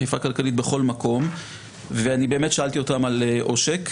בכל מקום ואני באמת שאלתי אותם על עושק.